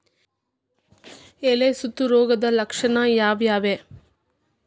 ಎಲೆ ಸುತ್ತು ರೋಗದ ಲಕ್ಷಣ ಯಾವ್ಯಾವ್?